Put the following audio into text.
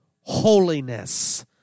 holiness